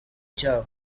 cyabo